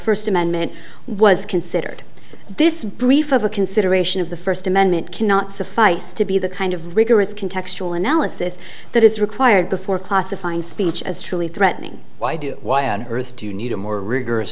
first amendment was considered this brief of a consideration of the first amendment cannot suffice to be the kind of rigorous can textual analysis that is required before classifying speech as truly threatening why do why on earth do you need a more rigorous